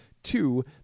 Two